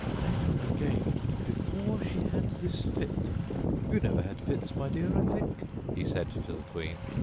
then again before she had this fit you never had fits, my dear, i think he said to the queen.